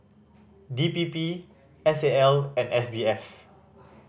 D P P S A L and S B F